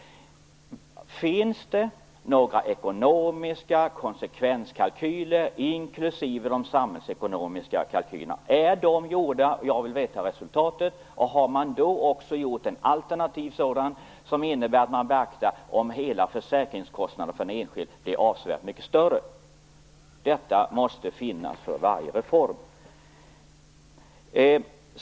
Finns det några ekonomiska konsekvenskalkyler inklusive de samhällsekonomiska kalkylerna? Är sådana gjorda? Jag vill veta resultatet. Har man då också gjort en alternativ kalkyl som innebär att man beaktar hur det blir om hela försäkringskostnaden för den enskilde blir avsevärt högre? Det måste det finnas för varje reform.